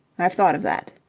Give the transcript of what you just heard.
i've thought of that.